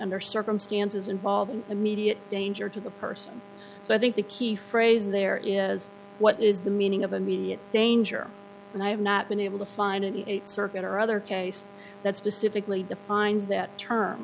their circumstances involving immediate danger to the person so i think the key phrase there is what is the meaning of immediate danger and i have not been able to find a circuit or other case that specifically defines that term